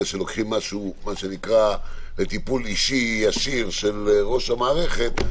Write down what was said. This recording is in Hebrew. שלוקחים משהו בטיפול אישי ישיר של ראש המערכת,